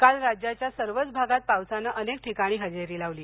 काल राज्याच्या सर्वच भागात पावसानं अनेक ठिकाणी हजेरी लावली